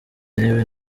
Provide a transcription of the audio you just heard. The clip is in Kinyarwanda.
intebe